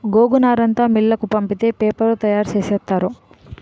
గోగునారంతా మిల్లుకు పంపితే పేపరు తయారు సేసేత్తారు